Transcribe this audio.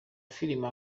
filime